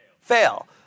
Fail